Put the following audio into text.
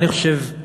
אני חושב,